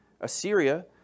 Assyria